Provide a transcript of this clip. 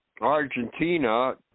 Argentina